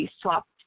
swapped